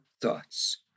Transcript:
thoughts